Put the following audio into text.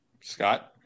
Scott